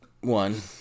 One